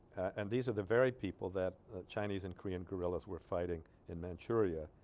and these are the very people that chinese and korean guerrillas were fighting in manchuria